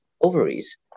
ovaries